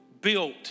built